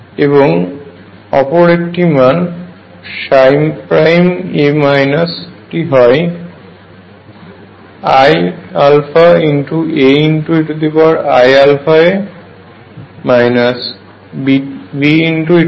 এবং ওপর মান ψ টি হয় iαAeiαa Be iαa